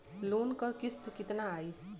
Loan क किस्त कितना आई?